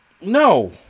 No